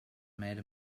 made